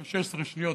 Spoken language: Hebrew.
16 שניות,